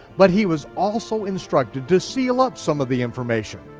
but he was also instructed to seal up some of the information.